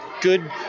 good